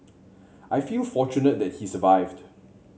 I feel fortunate that he survived